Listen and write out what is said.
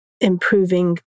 improving